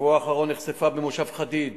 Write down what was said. בשבוע האחרון נחשפה במושב חדיד